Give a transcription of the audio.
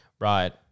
Right